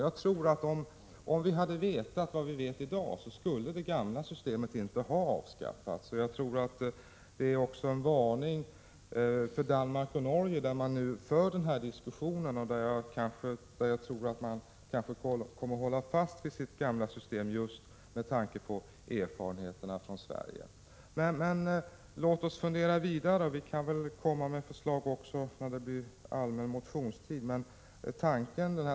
Jag tror att om vi hade vetat vad vi vet i dag, skulle det gamla systemet inte ha avskaffats. Det kan också vara en varning för Danmark och Norge, där man nu för den här diskussionen och där jag tror att man kommer att hålla fast vid sitt gamla system just med tanke på erfarenheterna från Sverige. Men låt oss fundera vidare. Vi kan väl komma med förslag också när det blir allmän motionstid.